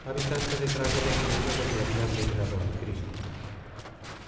habitante detrás de la iglesia donde habían venerado al cristo